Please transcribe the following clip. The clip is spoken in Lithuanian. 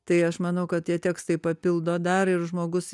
tai aš manau kad tie tekstai papildo dar ir žmogus